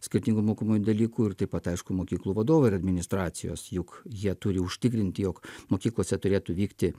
skirtingų mokomųjų dalykų ir taip pat aišku mokyklų vadovai administracijos juk jie turi užtikrinti jog mokyklose turėtų vykti